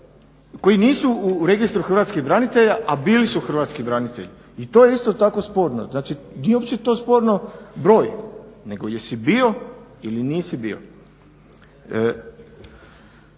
koji nisu u Registru hrvatskih branitelja, a bili su hrvatski branitelji i to je isto tako sporno. Znači nije uopće sporan broj nego jesi bio ili nisi bio.